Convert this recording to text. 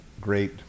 great